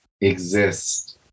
exist